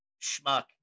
schmuck